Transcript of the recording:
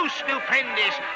stupendous